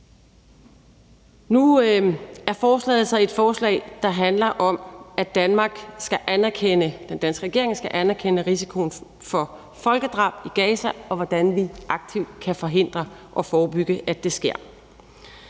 Nu er forslaget så et forslag, der handler om, at Danmark, den danske regering, skal anerkende risikoen for folkedrab i Gaza, og hvordan vi aktivt kan forhindre og forebygge, at det sker.